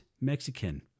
mexican